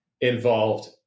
involved